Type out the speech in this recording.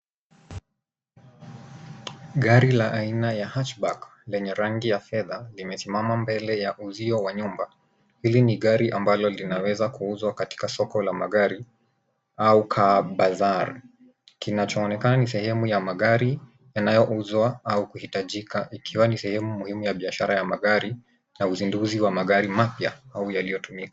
Gari la aina ya Hatchback lenye rangi ya fedha limesimama mbele ya uzio wa nyumba. Hili ni gari ambalo linaweza kuuzwa katika soko la magari au car bazaar . Kinachoonekana ni sehemu ya magari yanayouzwa au kuhitajika ikiwa ni sehemu muhimu ya biashara ya magari na uzinduzi wa magari mapya au yaliyotumika .